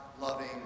loving